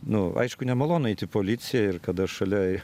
nu aišku nemalonu eiti į policiją ir kada šalia